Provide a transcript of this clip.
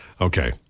Okay